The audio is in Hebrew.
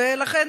ולכן,